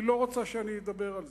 היא לא רוצה שאני אדבר על זה,